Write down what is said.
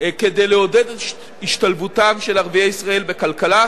כדי לעודד את השתלבותם של ערביי ישראל בכלכלה,